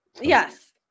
Yes